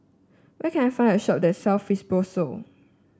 where can I find a shop that sells Fibrosol